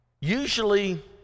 usually